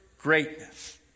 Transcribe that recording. greatness